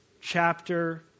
chapter